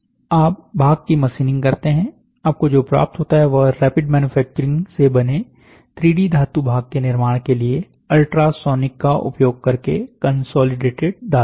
आप भाग की मशीनिंग करते हैं आपको जो प्राप्त होता है वह रैपिड मैन्युफैक्चरिंग से बने 3 डी धातु भाग के निर्माण के लिए अल्ट्रासोनिक का उपयोग करके कंसोलिडेटेड धातु है